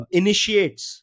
initiates